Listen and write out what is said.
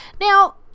Now